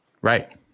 Right